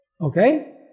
Okay